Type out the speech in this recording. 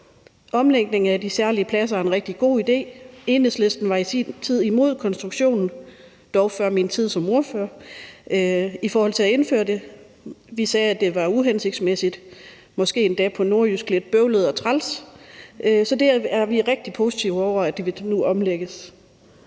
Omlægningen af de særlige pladser er en rigtig god idé. Enhedslisten var i sin tid imod konstruktionen – det var dog før min tid som ordfører – i forhold til at indføre det. Vi sagde, at det var uhensigtsmæssigt, måske endda på nordjysk lidt bøvlet og træls. Så vi er rigtig positive over for, at det nu omlægges.